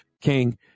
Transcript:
King